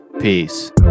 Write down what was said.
Peace